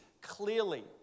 Clearly